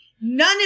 None